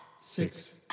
six